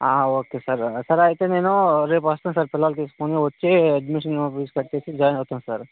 ఆ okay sir sir అయితే నేను రేపు వస్తా సార్ పిల్లలు తీసుకొని వచ్చి అడ్మిషన్ ఫీజు కట్టేసి జాయిన్ అవుతాం సార్